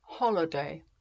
holiday